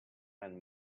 and